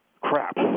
crap